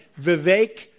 Vivek